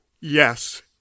Yes